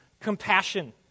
compassion